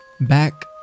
back